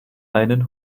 einen